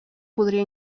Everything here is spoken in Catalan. podria